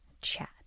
chat